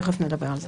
מיד נדבר על זה.